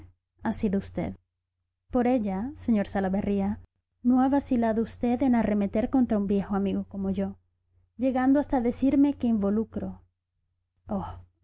ha sido usted por ella sr salaverría no ha vacilado usted en arremeter contra un viejo amigo como yo llegando hasta a decirme que involucro